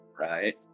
Right